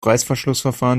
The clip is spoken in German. reißverschlussverfahren